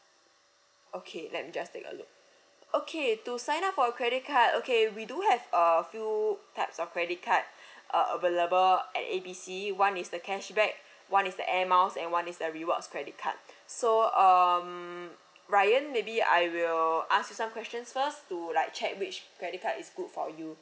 okay let me just take a look okay to sign up for credit card okay we do have a few types of credit card uh available at A B C one is the cashback one is the air miles and one is the rewards credit card so um ryan maybe I will ask you some questions first to like check which credit card is good for you